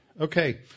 Okay